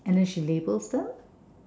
and then she labels them